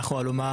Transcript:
אנחנו אלומה,